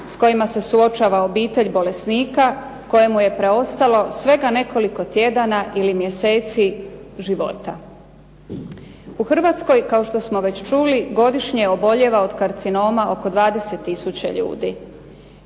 s kojima se suočava obitelj bolesnika kojemu je preostalo svega nekoliko tjedana ili mjeseci života. U Hrvatskoj kao što smo već čuli godišnje obolijeva od karcinoma oko 20 tisuća ljudi,